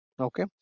Okay